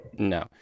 No